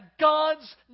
God's